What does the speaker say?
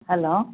hello